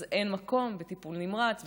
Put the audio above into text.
אז אין מקום בטיפול נמרץ,